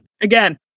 again